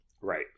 Right